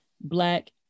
black